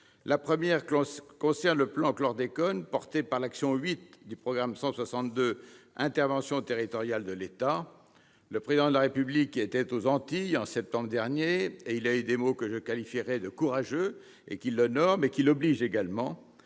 La première concerne le plan chlordécone, porté par l'action n° 08 du programme 162, « Interventions territoriales de l'État ». Le Président de la République était aux Antilles en septembre dernier, et il a eu des mots que je qualifierais de courageux et qui l'honorent, mais qui l'obligent également